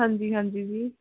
ਹਾਂਜੀ ਹਾਂਜੀ ਜੀ